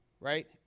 Right